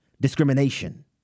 discrimination